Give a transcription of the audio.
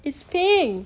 it's pink